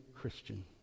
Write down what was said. Christian